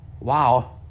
wow